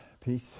peace